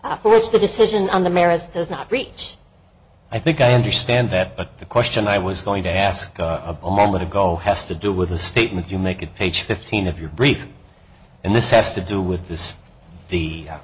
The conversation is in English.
which the decision on the merits does not reach i think i understand that the question i was going to ask a moment ago has to do with the statement you make of page fifteen of your brief and this has to do with this the